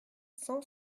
cent